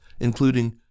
including